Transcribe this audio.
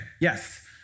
yes